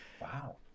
Wow